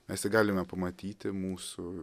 mes tik galime pamatyti mūsų